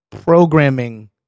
programming